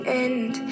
end